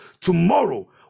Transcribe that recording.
tomorrow